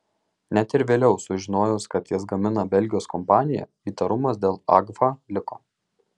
net ir vėliau sužinojus kad jas gamina belgijos kompanija įtarumas dėl agfa liko